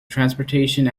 transportation